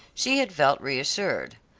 she had felt reassured.